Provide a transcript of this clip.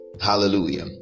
Hallelujah